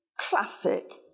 classic